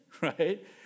right